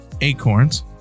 acorns